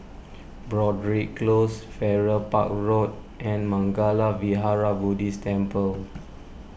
Broadrick Close Farrer Park Road and Mangala Vihara Buddhist Temple